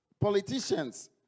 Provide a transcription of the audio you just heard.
politicians